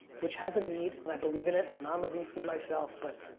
which has a need and i believe in it, and i'm a vc myself, but